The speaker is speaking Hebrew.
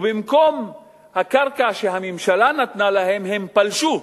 ובמקום לגור בקרקע שהממשלה נתנה להם הם פלשו,